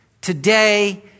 today